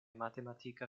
matematika